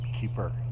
keeper